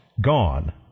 gone